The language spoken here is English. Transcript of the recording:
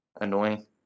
Annoying